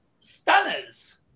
stunners